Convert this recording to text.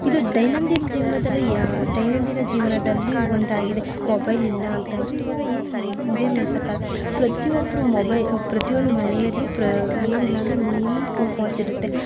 ಇದು ದೈನಂದಿನ ಜೀವನದಲ್ಲಿ ಯಾ ದೈನಂದಿನ ಜೀವನದಲ್ಲಿ ಒಂದಾಗಿದೆ ಮೊಬೈಲ್ ಇಲ್ಲ ಅಂತಂದ್ರೆ ಈವಾಗ ಏನು ಇದೆ ನಡ್ಸೋಕ್ಕಾಗಲ್ಲ ಪ್ರತಿ ಒಬ್ಬರೂ ಮೊಬೈ ಪ್ರತಿ ಒಂದು ಮನೆಯಲ್ಲೂ ಪ್ರ ಏನಿಲ್ಲಾಂದ್ರೆ ಮಿನಿಮಮ್ ಟು ಫೋನ್ಸ್ ಇರುತ್ತೆ